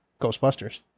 Ghostbusters